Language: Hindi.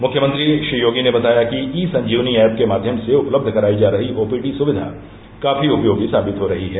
मुख्यमंत्री श्री योगी ने बताया कि ई संजीवनी ऐप के माध्यम से उपलब्ध करायी जा रही ओपीडी सुविधा काफी उपयोगी साबित हो रही है